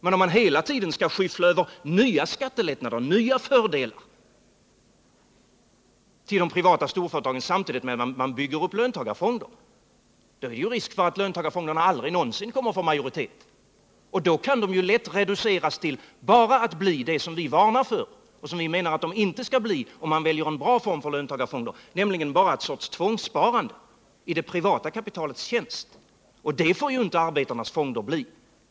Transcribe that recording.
Men om man hela tiden skall skyffla över nya skattelättnader och nya fördelar till de privata storföretagen samtidigt med att man bygger upp löntagarfonder, då är det risk för att löntagarfonderna aldrig någonsin kommer att få majoritet, och då kan de ju lätt reduceras till att bli just det som vi varnar för och det som vi menar att de inte skall bli, nämligen bara en sorts tvångssparande i det privata kapitalets tjänst. Men det får ju inte arbetarnas fonder bli!